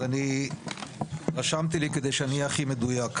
אז אני רשמתי לי כדי שאני אהיה הכי מדויק,